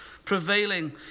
Prevailing